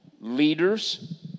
leaders